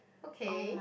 okay